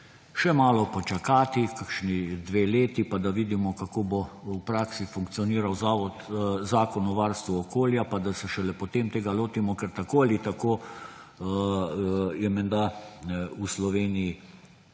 še malo počakati kakšni dve leti, pa da vidimo, kako bo v praksi funkcioniral Zakon o varstvu okolja, pa da se šele potem tega lotimo. Tako ali tako je menda v Sloveniji